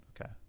Okay